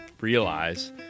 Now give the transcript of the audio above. realize